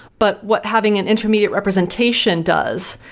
but what having an intermediate representation does,